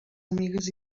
amigues